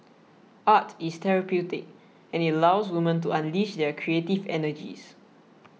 art is therapeutic and it allows woman to unleash their creative energies